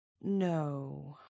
No